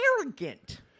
arrogant